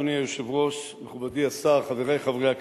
אדוני היושב-ראש, מכובדי השר, חברי חברי הכנסת,